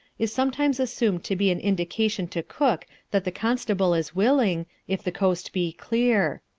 is sometimes assumed to be an indication to cook that the constable is willing, if the coast be clear.